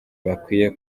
bakwiye